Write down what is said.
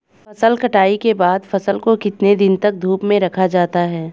फसल कटाई के बाद फ़सल को कितने दिन तक धूप में रखा जाता है?